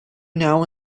now